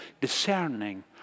discerning